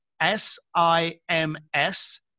S-I-M-S